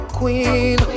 queen